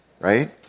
right